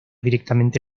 directamente